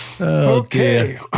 Okay